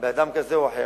באדם כזה או אחר,